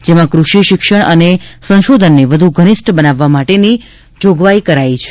જેમાં કૃષિ શિક્ષણ અને સંશોધનને વધુ ઘનિષ્ટ બનાવવા માટેની જોગવાઈ કરાઈ છે